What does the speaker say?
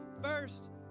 first